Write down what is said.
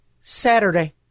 Saturday